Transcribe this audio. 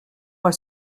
elle